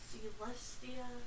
Celestia